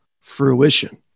fruition